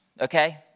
okay